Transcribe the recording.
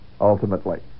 ultimately